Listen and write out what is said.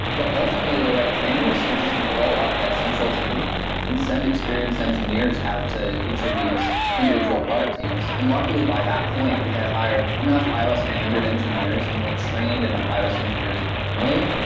but, ultimately, the right thing was to just blow up that central team and send experienced engineers out to each of these individual product teams. and luckily, by that point, we had hired enough ios and android engineers and we had trained enough ios engineers internally,